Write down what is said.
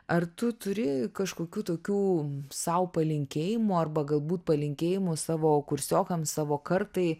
ar tu turi kažkokių tokių sau palinkėjimų arba galbūt palinkėjimų savo kursiokams savo kartai